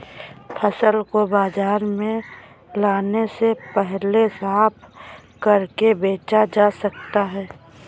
फसल को बाजार में लाने से पहले साफ करके बेचा जा सकता है?